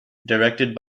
directed